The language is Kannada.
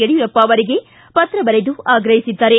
ಯಡಿಯೂರಪ್ಪ ಅವರಿಗೆ ಪತ್ರ ಬರೆದು ಆಗ್ರಹಿಸಿದ್ದಾರೆ